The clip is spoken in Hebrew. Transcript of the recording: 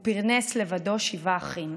הוא פרנס לבדו שבעה אחים.